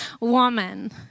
woman